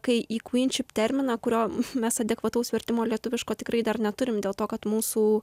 kai į kvyn šip terminą kurio mes adekvataus vertimo lietuviško tikrai dar neturim dėl to kad mūsų